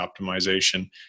optimization